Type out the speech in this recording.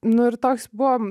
nu ir toks buvo